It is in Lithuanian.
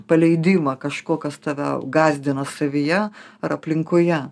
paleidimą kažko kas tave gąsdina savyje ar aplinkoje